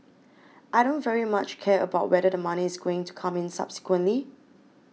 I don't very much care about whether the money is going to come in subsequently